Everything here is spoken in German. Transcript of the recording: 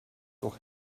doch